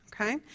Okay